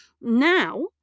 Now